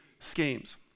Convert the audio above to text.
schemes